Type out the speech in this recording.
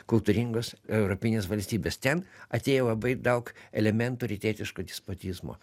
kultūringos europinės valstybės ten atėjo labai daug elementų rytietiško despotizmo